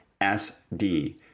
SD